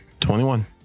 21